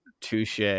Touche